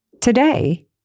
Today